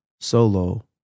solo